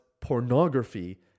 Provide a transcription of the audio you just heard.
pornography